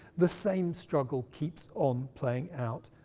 the same struggle keeps on playing out,